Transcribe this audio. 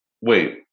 wait